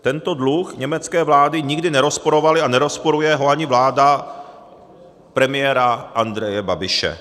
Tento dluh německé vlády nikdy nerozporovaly a nerozporuje ho ani vláda premiéra Andreje Babiše.